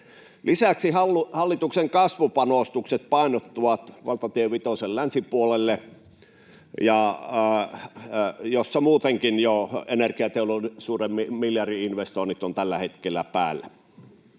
Lisäksi hallituksen kasvupanostukset painottuvat valtatie vitosen länsipuolelle, missä muutenkin jo energiateollisuuden miljardi-investoinnit ovat tällä hetkellä päällä.